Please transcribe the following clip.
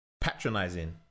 patronizing